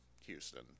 Houston